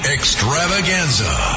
Extravaganza